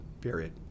period